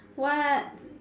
what